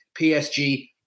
PSG